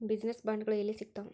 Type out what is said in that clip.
Business ಬಾಂಡ್ಗಳು ಯೆಲ್ಲಿ ಸಿಗ್ತಾವ?